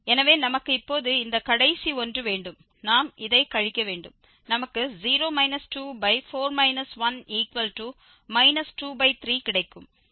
எனவே நமக்கு இப்போது இந்த கடைசி ஒன்று வேண்டும் நாம் இதை கழிக்க வேண்டும் நமக்கு 0 24 1 23 கிடைக்கும்